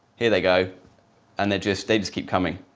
here they go and they just, they just keep coming,